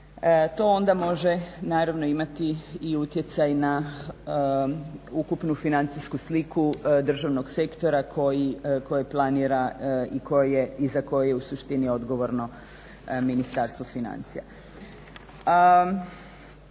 To onda može naravno imati i utjecaj na ukupnu financijsku sliku državnog sektora koji planira i za koje je u suštini odgovorno Ministarstvo financija.